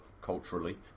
culturally